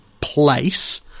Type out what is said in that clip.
place